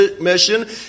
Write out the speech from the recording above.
mission